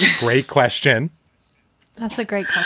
ah great question that's a great question.